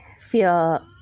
feel